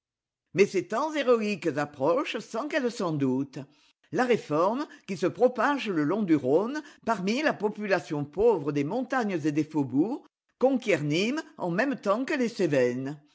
mais ses temps héroïques approchent sans qu'elle s'en doute la réforme qui se propage le long du rhône parmi la population pauvre des montagnes et des faubourgs conquiert nîmes en même temps que les cévennes